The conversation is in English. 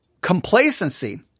complacency